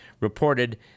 reported